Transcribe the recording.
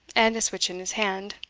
and a switch in his hand.